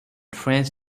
trains